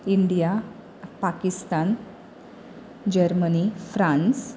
India Pakistan Germany France